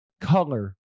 color